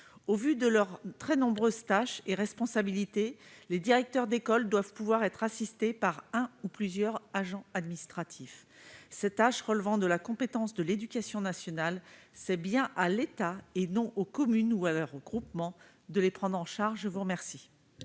Au vu de leurs très nombreuses tâches et responsabilités, les directeurs d'école doivent pouvoir être assistés par un ou plusieurs agents administratifs. Ces tâches relevant de la compétence de l'éducation nationale, c'est bien à l'État, et non aux communes ou à leurs groupements, de les prendre en charge. Quel